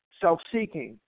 Self-seeking